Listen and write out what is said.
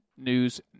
News